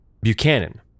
Buchanan